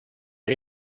are